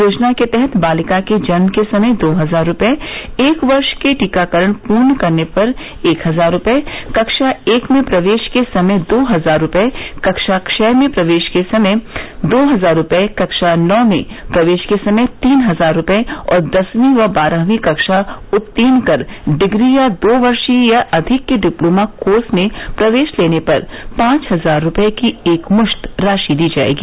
योजना के तहत बालिका के जन्म के समय दो हजार रूपये एक वर्ष के टीकाकरण पूर्ण करने पर एक हजार रूपये कक्षा एक में प्रवेश के समय दो हजार रूपये कक्षा छह में प्रवेश के समय दो हजार रूपये कक्षा नौ में प्रवेश के समय तीन हजार रूपये और दसवीं व बारहवीं कक्षा उत्तीर्ण कर डिग्री या दो वर्षीय या अधिक के डिप्लोमा कोर्स में प्रवेश लेने पर पांच हजार रूपये की एकमुश्त राशि दी जाएगी